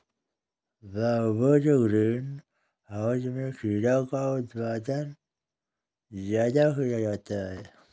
बहुभुज green house में खीरा का उत्पादन ज्यादा किया जाता है